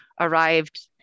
arrived